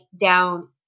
down